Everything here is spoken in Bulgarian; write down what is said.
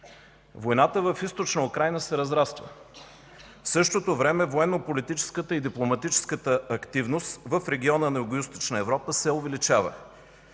Войната в Източна Украйна се разраства. В същото време военнополитическата и дипломатическата активност в региона на Югоизточна Европа се увеличава.